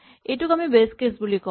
এইটোক আমি base case বুলি কওঁ